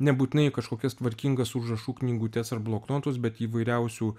nebūtinai kažkokias tvarkingas užrašų knygutes ar bloknotus bet įvairiausių